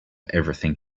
everything